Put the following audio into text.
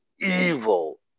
evil